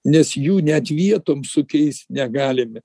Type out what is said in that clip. nes jų net vietom sukeist negalime